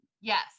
Yes